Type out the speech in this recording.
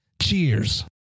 Cheers